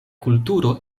kulturo